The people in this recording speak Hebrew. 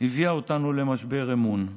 הביא אותנו למשבר אמון,